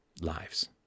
lives